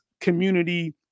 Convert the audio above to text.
community